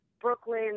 Brooklyn